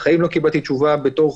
בחיים לא קיבלתי תשובה, לא בתוך